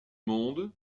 monde